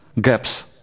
gaps